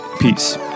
Peace